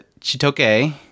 Chitoke